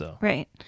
Right